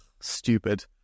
stupid